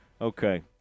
Okay